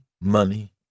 money